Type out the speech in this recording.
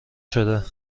شده